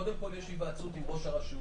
קודם כול יש היוועצות עם ראש הרשות,